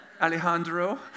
Alejandro